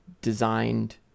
designed